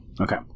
Okay